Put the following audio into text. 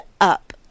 up